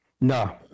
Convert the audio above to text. No